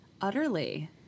utterly